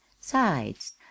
sides